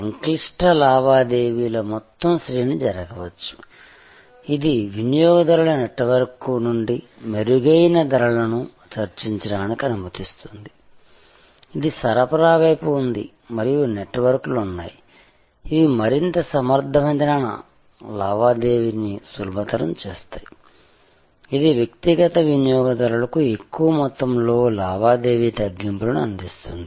సంక్లిష్ట లావాదేవీల మొత్తం శ్రేణి జరగవచ్చు ఇది వినియోగదారుల నెట్వర్క్ నెట్వర్క్ నుండి మెరుగైన ధరలను చర్చించడానికి అనుమతిస్తుంది ఇది సరఫరా వైపు ఉంది మరియు నెట్వర్క్లు ఉన్నాయి ఇవి మరింత సమర్థవంతమైన లావాదేవీని సులభతరం చేస్తాయి ఇది వ్యక్తిగత వినియోగదారులకు ఎక్కువ మొత్తంలో లావాదేవీ తగ్గింపులను అందిస్తుంది